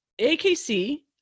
AKC